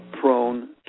prone